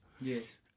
Yes